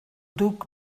duc